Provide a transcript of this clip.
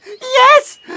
Yes